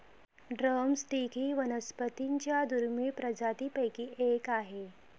drum stick ही वनस्पतीं च्या दुर्मिळ प्रजातींपैकी एक आहे